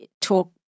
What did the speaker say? talk